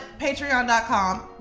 patreon.com